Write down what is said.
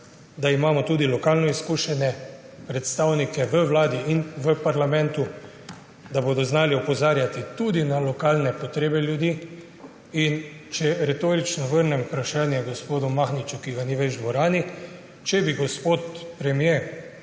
da imamo tudi lokalno izkušene predstavnike v Vladi in v parlamentu, da bodo znali opozarjati tudi na lokalne potrebe ljudi. In če retorično vrnem vprašanje gospodu Mahniču, ki ga ni več v dvorani, če bi gospod premier